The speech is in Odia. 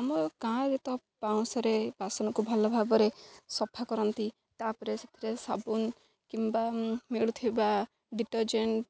ଆମ ଗାଁରେ ତ ପାଉଁଶରେ ବାସନକୁ ଭଲ ଭାବରେ ସଫା କରନ୍ତି ତା'ପରେ ସେଥିରେ ସାବୁନ କିମ୍ବା ମିଳୁଥିବା ଡିଟର୍ଜେଣ୍ଟ